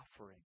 offering